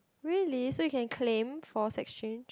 really so you can claim for exchange